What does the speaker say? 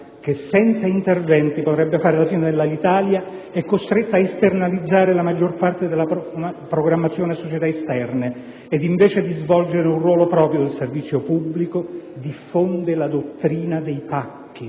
che senza interventi potrebbe fare la fine dell'Alitalia, è costretta ad esternalizzare la maggior parte della programmazione a società esterne ed invece di svolgere un ruolo proprio del servizio pubblico, diffonde la dottrina dei pacchi,